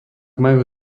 majú